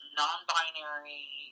non-binary